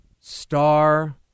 star